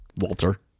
walter